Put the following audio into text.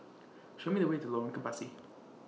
Show Me The Way to Lorong Kebasi